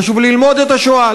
חשוב ללמוד את השואה,